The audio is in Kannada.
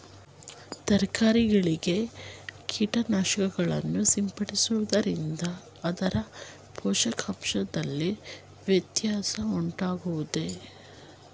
ತರಕಾರಿಗಳಿಗೆ ಕೀಟನಾಶಕಗಳನ್ನು ಸಿಂಪಡಿಸುವುದರಿಂದ ಅದರ ಪೋಷಕಾಂಶದಲ್ಲಿ ವ್ಯತ್ಯಾಸ ಉಂಟಾಗುವುದೇ?